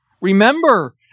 Remember